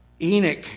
Enoch